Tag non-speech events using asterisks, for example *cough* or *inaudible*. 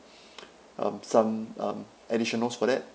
*noise* um some um additionals for that